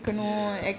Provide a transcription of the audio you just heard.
ya